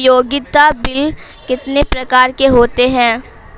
उपयोगिता बिल कितने प्रकार के होते हैं?